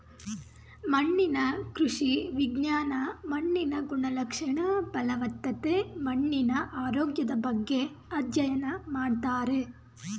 ಮಣ್ಣಿನ ಕೃಷಿ ವಿಜ್ಞಾನ ಮಣ್ಣಿನ ಗುಣಲಕ್ಷಣ, ಫಲವತ್ತತೆ, ಮಣ್ಣಿನ ಆರೋಗ್ಯದ ಬಗ್ಗೆ ಅಧ್ಯಯನ ಮಾಡ್ತಾರೆ